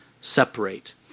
separate